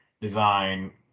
design